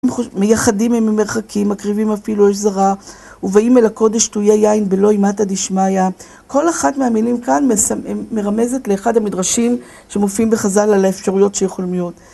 מייחדים הם ממרחקים, מקריבים אפילו אש זרה, ובאים אל הקודש שתויי יין בלוא עמת הדשמעיה. כל אחת מהמילים כאן מרמזת לאחד המדרשים שמופיעים בחז"ל על האפשרויות שיכולים להיות.